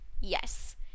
yes